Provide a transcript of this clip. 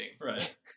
right